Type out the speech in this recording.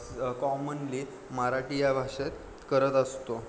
स् कॉमनली मराठी या भाषेत करत असतो